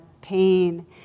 pain